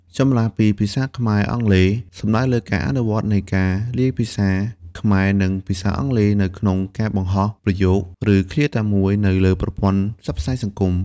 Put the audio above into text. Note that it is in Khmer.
ចម្លាស់ពីភាសាខ្មែរ-អង់គ្លេស សំដៅលើការអនុវត្តនៃការលាយភាសាខ្មែរ និងភាសាអង់គ្លេស នៅក្នុងការបង្ហោះ ប្រយោគ ឬឃ្លាតែមួយនៅលើប្រព័ន្ធផ្សព្វផ្សាយសង្គម។